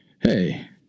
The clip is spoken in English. Hey